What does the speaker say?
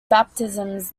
baptisms